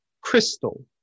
crystal